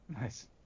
nice